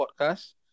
podcast